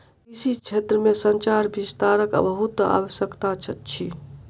कृषि क्षेत्र में संचार विस्तारक बहुत आवश्यकता अछि